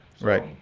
Right